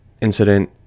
incident